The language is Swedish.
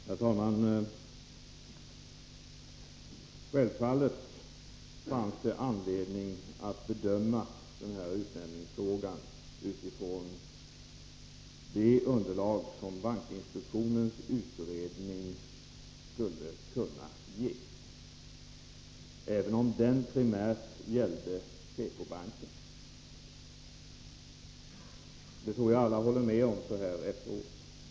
Herr talman! Självfallet fanns det anledning att bedöma den här utnämningsfrågan med bankinspektionens utredning som underlag, även om den primärt gällde PK-banken. Det tror jag alla håller med om så här efteråt.